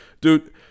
dude